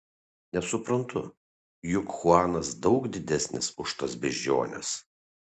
nesuprantu juk chuanas daug didesnis už tas beždžiones